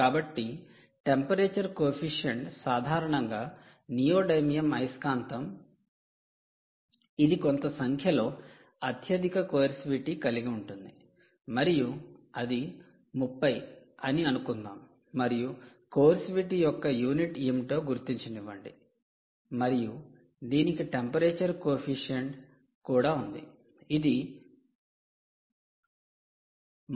కాబట్టి temperature coefficient Coefficient సాధారణంగా neodymium అయస్కాంతం ఇది కొంత సంఖ్యలో అత్యధిక కోర్సివిటీ కలిగి ఉంటుంది మరియు అది 30 అని అనుకుందాం మరియు కోర్సివిటీ యొక్క యూనిట్ ఏమిటో గుర్తించనివ్వండి మరియు దీనికి టెంపరేచర్ కోఎఫిషిఎంట్ temperature Coefficient కూడా ఉంది ఇది 0